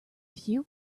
few